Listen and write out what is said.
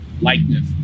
likeness